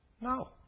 No